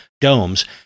domes